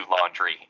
laundry